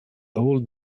old